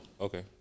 Okay